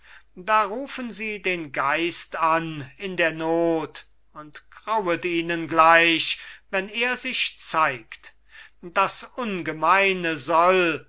da rufen sie den geist an in der not und grauet ihnen gleich wenn er sich zeigt das ungemeine soll